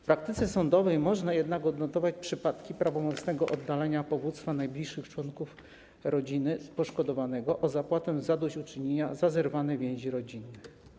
W praktyce sądowej można jednak odnotować przypadki prawomocnego oddalenia powództwa najbliższych członków rodziny poszkodowanego o zapłatę zadośćuczynienia za zerwanie więzi rodzinnej.